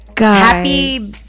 Happy